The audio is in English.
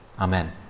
Amen